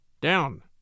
Down